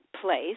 place